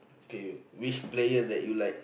K which player that you like